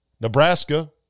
Nebraska